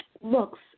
looks